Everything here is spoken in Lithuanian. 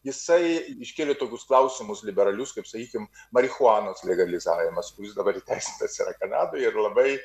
jisai iškėlė tokius klausimus liberalius kaip sakykim marihuanos legalizavimas kuris dabar įteisintas yra kanadoje ir labai